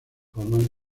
forman